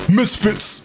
Misfits